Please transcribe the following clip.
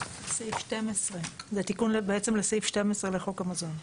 סעיף 12, זה תיקון בעצם לסעיף 12 לחוק המזון.